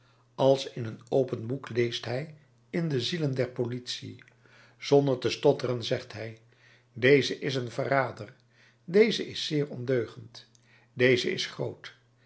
als in een open boek leest hij in de zielen der politie zonder te stotteren zegt hij deze is een verrader deze is zeer ondeugend deze is groot